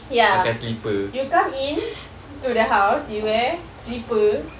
ya you come in to the house you wear slipper